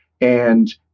And-